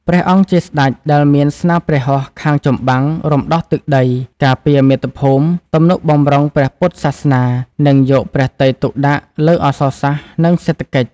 ព្រះអង្គជាស្ដេចដែលមានស្នាព្រះហស្ថខាងចម្បាំង រំដោះទឹកដី ការពារមាតុភូមិ ទំនុកបម្រុងព្រះពុទ្ធសាសនា និងយកព្រះទ័យទុកដាក់លើអក្សរសាស្ត្រ និងសេដ្ឋកិច្ច